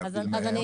להבדיל מהם?